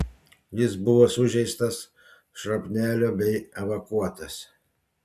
jis buvo sužeistas šrapnelio bei evakuotas